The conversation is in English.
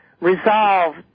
Resolve